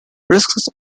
risks